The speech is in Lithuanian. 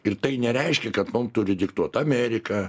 ir tai nereiškia kad mum turi diktuot amerika